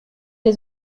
les